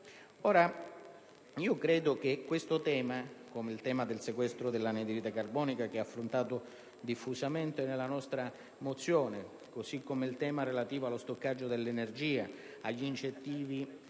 Credo che questo tema, come quello del sequestro dell'anidride carbonica che è affrontato diffusamente nella nostra mozione, così come il tema relativo allo stoccaggio dell'energia, agli incentivi